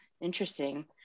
interesting